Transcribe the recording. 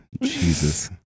Jesus